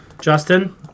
Justin